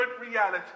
reality